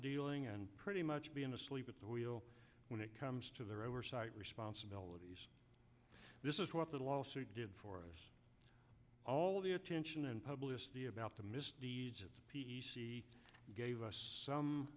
dealing and pretty much being asleep at the wheel when it comes to their oversight responsibilities this is what the lawsuit did for us all the attention and publicity about the he gave us some